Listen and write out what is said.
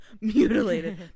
mutilated